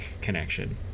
connection